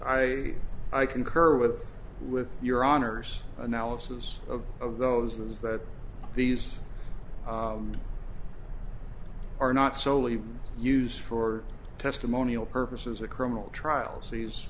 i i concur with with your honor's analysis of of those is that these are not soley use for testimonial purposes a criminal trials these